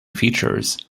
features